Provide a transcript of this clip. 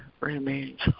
remains